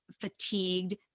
fatigued